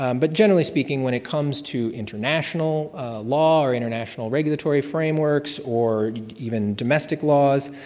um but generally speaking, when it comes to international law, or international regulatory frameworks or even domestic laws,